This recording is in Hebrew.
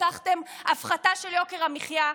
הבטחתם הפחתה של יוקר המחיה,